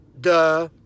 duh